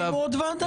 אז תקימו עוד ועדה.